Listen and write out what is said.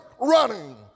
running